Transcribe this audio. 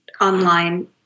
online